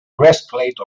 breastplate